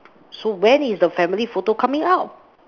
so when is the family photo coming out